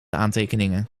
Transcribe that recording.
aantekeningen